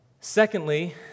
secondly